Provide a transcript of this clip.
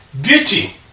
beauty